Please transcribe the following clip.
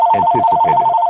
anticipated